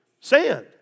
sand